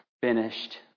finished